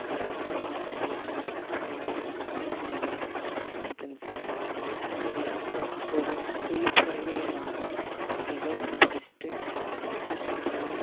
இந்த மாணவர்கள் engineering arts and science அந்தமாரி ஒரு விழிப்புணர்வு இல்லாமல் ஏதோ ஒன்று படிச்சிட்டு இருக்கிறது